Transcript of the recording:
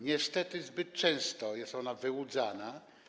Niestety zbyt często jest ona wyłudzana.